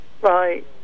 Right